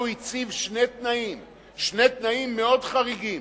ואז, הוא הציב שני תנאים מאוד חריגים,